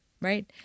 Right